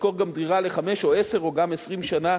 לשכור דירה גם לחמש או עשר או גם 20 שנה